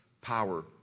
power